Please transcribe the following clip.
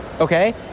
okay